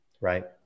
right